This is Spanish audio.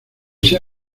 sea